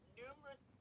numerous